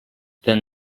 then